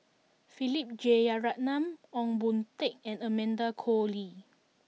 Philip Jeyaretnam Ong Boon Tat and Amanda Koe Lee